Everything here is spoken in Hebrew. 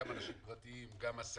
גם אנשים פרטיים וגם עסקים,